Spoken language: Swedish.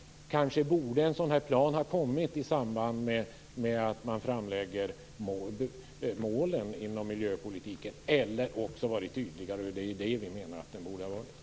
Kanske borde en sådan här plan ha kommit i samband med framläggandet av målen inom miljöpolitiken eller också ha varit tydligare, vilket vi menar att de borde ha varit.